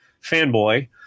fanboy